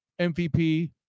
MVP